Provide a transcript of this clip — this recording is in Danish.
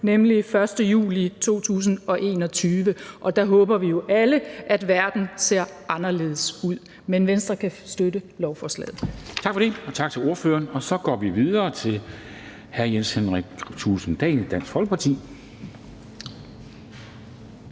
nemlig den 1. juli 2021, og der håber vi jo alle at verden ser anderledes ud. Men Venstre kan støtte lovforslaget. Kl. 10:57 Formanden (Henrik Dam Kristensen): Tak for det, og tak til ordføreren. Så går vi videre til hr. Jens Henrik Thulesen Dahl, Dansk Folkeparti.